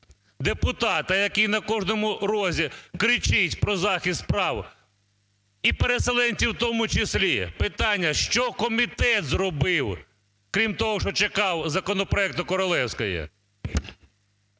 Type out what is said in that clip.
депутата, який на кожному розі кричить про захист прав, і переселенців у тому числі: Питання: що комітет зробив, крім того, що чекав законопроекту Королевської?